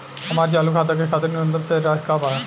हमार चालू खाता के खातिर न्यूनतम शेष राशि का बा?